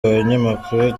abanyamakuru